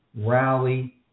rally